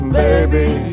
baby